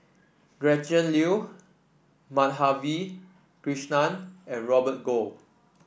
Gretchen Liu Madhavi Krishnan and Robert Goh